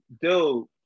Dude